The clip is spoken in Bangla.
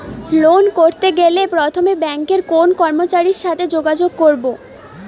লোন করতে গেলে প্রথমে ব্যাঙ্কের কোন কর্মচারীর সাথে যোগাযোগ করব?